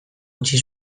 utzi